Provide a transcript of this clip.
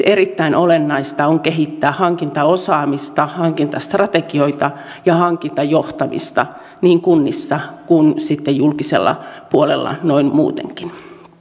erittäin olennaista on kehittää hankintaosaamista hankintastrategioita ja hankintajohtamista niin kunnissa kuin sitten julkisella puolella noin muutenkin